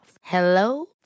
Hello